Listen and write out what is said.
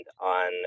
on